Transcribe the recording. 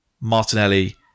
Martinelli